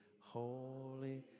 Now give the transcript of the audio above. holy